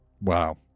wow